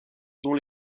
dont